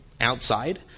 outside